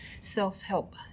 self-help